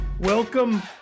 Welcome